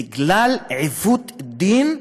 בגלל עיוות דין.